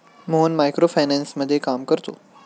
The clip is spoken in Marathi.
मोहन मायक्रो फायनान्समध्ये काम करतो